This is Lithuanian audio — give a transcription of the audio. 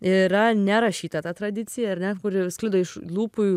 yra nerašyta ta tradicija ar ne kuri sklido iš lūpų į